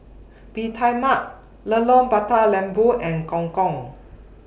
Mee Tai Mak Mata Lembu and Gong Gong